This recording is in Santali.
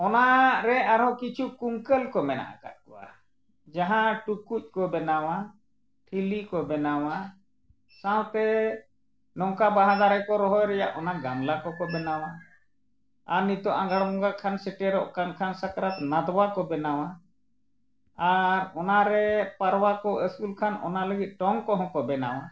ᱚᱱᱟ ᱨᱮ ᱟᱨᱦᱚᱸ ᱠᱤᱪᱷᱩ ᱠᱩᱝᱠᱟᱹᱞ ᱠᱚ ᱢᱮᱱᱟᱜ ᱟᱠᱟᱫ ᱠᱚᱣᱟ ᱡᱟᱦᱟᱸ ᱴᱩᱠᱩᱡ ᱠᱚ ᱵᱮᱱᱟᱣᱟ ᱴᱷᱤᱞᱤ ᱠᱚ ᱵᱮᱱᱟᱣᱟ ᱥᱟᱶᱛᱮ ᱱᱚᱝᱠᱟ ᱵᱟᱦᱟ ᱫᱟᱨᱮ ᱠᱚ ᱨᱚᱦᱚᱭ ᱨᱮᱱᱟᱜ ᱚᱱᱟ ᱜᱟᱢᱞᱟ ᱠᱚᱠᱚ ᱵᱮᱱᱟᱣᱟ ᱟᱨ ᱱᱤᱛᱳᱜ ᱟᱸᱜᱷᱟᱲ ᱵᱚᱸᱜᱟ ᱠᱷᱟᱱ ᱥᱮᱴᱮᱨᱚᱜ ᱠᱟᱱ ᱠᱷᱟᱱ ᱥᱟᱠᱨᱟᱛ ᱱᱟᱫᱽᱣᱟ ᱠᱚ ᱵᱮᱱᱟᱣᱟ ᱟᱨ ᱚᱱᱟᱨᱮ ᱯᱟᱨᱣᱟ ᱠᱚ ᱟᱹᱥᱩᱞ ᱠᱷᱟᱱ ᱚᱱᱟ ᱞᱟᱹᱜᱤᱫ ᱴᱚᱝ ᱠᱚᱦᱚᱸ ᱠᱚ ᱵᱮᱱᱟᱣᱟ